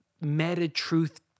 meta-truth